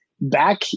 Back